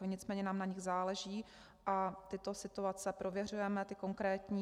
Nicméně nám na nich záleží a tyto situace prověřujeme, ty konkrétní.